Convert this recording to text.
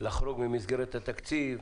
לחרוג ממסגרת התקציב,